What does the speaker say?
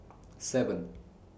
seven